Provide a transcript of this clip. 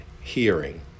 hearing